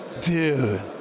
Dude